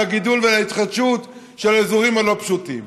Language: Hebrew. לגידול ולהתחדשות של האזורים הלא-פשוטים.